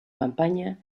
campaña